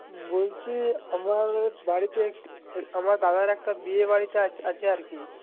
বলছি আমার বাড়িতে একটি আমার দাদার একটা বিয়েবাড়িতে আছে আর কি